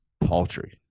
paltry